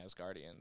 Asgardians